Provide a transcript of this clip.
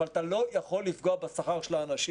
אבל אתה לא יכול לפגוע בשכר של האנשים.